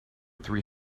three